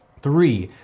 three,